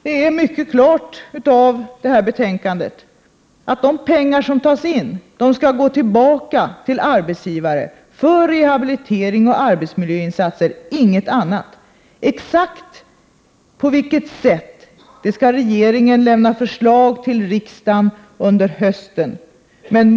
Det framgår mycket klart av detta betänkande att de pengar som tas in skall gå tillbaka till arbetsgivare för rehabiliteringsoch arbetsmiljöinsatser — inte för någonting annat. Exakt på vilket sätt det skall ske kommer regeringen att lämna förslag om till riksdagen under hösten.